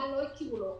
במה לא הכירו לו,